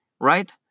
right